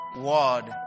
Word